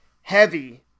heavy